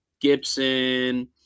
Gibson